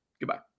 Goodbye